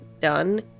done